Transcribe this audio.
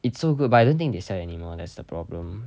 it's so good but I don't think they sell anymore that's the problem